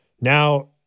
Now